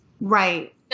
Right